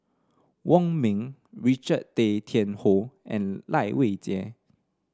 Wong Ming Richard Tay Tian Hoe and Lai Weijie